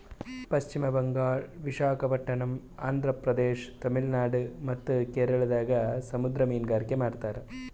ಪಶ್ಚಿಮ್ ಬಂಗಾಳ್, ವಿಶಾಖಪಟ್ಟಣಮ್, ಆಂಧ್ರ ಪ್ರದೇಶ, ತಮಿಳುನಾಡ್ ಮತ್ತ್ ಕೇರಳದಾಗ್ ಸಮುದ್ರ ಮೀನ್ಗಾರಿಕೆ ಮಾಡ್ತಾರ